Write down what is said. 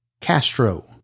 Castro